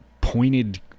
pointed